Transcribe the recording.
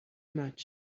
much